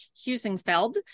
Husingfeld